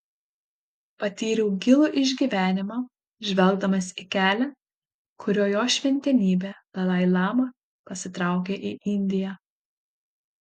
patyriau gilų išgyvenimą žvelgdamas į kelią kuriuo jo šventenybė dalai lama pasitraukė į indiją